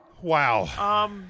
wow